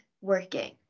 working